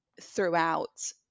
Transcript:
throughout